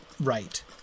Right